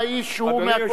יושב-ראש הקואליציה,